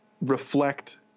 reflect